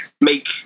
make